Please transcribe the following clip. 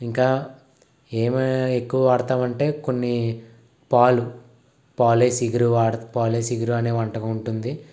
ఇంకా ఏమైనా ఎక్కువ వాడతాం అంటే కొన్ని పాలు పాలేసిగురు వాడ పాలేసిగురు అనే వంటకం ఉంటుంది